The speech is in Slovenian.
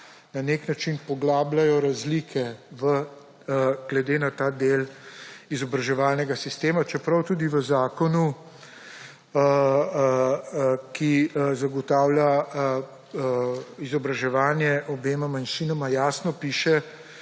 na nek način poglabljajo razlike glede na ta del izobraževalnega sistema. Čeprav tudi v zakonu, ki zagotavlja izobraževanje obema manjšinama, jasno piše,